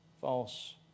false